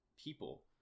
people